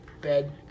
bed